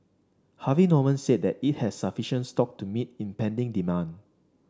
Harvey Norman said that it has sufficient stock to meet impending demand